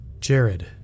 Jared